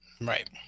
Right